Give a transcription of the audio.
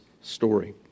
story